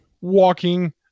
walking